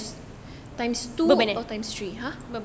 times two or times 3